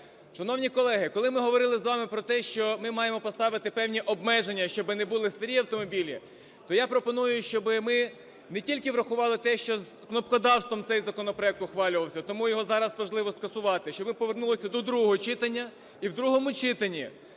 Шановні колеги, коли ми говорили з вами про те, що ми маємо поставити певні обмеження, щоби не були старі автомобілі, то я пропоную, щоби ми не тільки врахували те, щокнопкодавством цей законопроект ухвалювався. Тому його зараз важливо скасувати, щоб ми повернулися до другого читання і в другому читанні